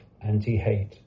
anti-hate